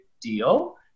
deal